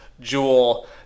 Jewel